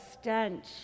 stench